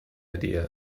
idea